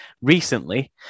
recently